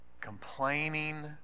complaining